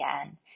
again